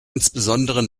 insbesondere